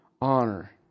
honor